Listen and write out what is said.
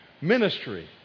Ministry